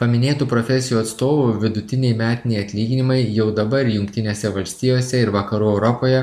paminėtų profesijų atstovų vidutiniai metiniai atlyginimai jau dabar jungtinėse valstijose ir vakarų europoje